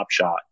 TopShot